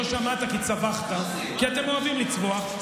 לא שמעת כי צווחת, כי אתם אוהבים לצווח.